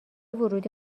ورودی